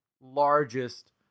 largest